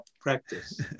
practice